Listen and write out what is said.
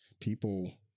people